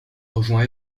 rejoint